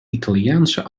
italiaanse